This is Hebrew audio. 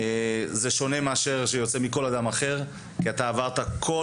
זה שונה מאשר שיוצא מכל אדם אחר כי אתה עברת כל